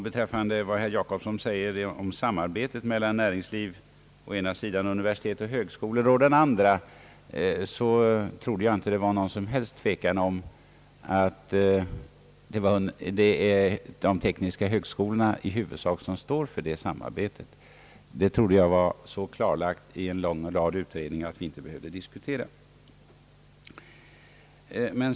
Beträffande vad herr Gösta Jacobsson säger om samarbetet mellan näringsliv å den ena sidan och universitet och högskolor å den andra sidan vill jag anföra, att jag inte trodde det rådde någon som helst tvekan om att det i huvudsak är de tekniska högskolorna som står för detta samarbete. Det trodde jag var så klarlagt i en lång rad utredningar att vi inte behövde diskutera det.